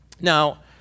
Now